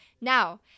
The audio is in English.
Now